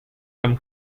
from